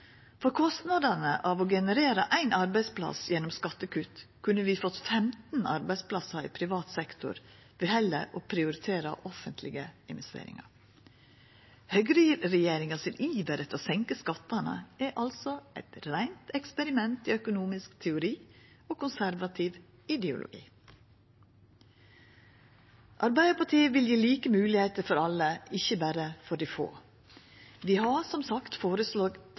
For kostnadene av å generera ein arbeidsplass gjennom skattekutt kunne vi fått 15 arbeidsplassar i privat sektor ved heller å prioritera offentlege investeringar. Høgreregjeringas iver etter å senka skattane er altså eit reint eksperiment i økonomisk teori og konservativ ideologi. Arbeidarpartiet vil gje like moglegheiter for alle, ikkje berre for dei få. Vi har som sagt